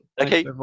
Okay